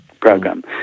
program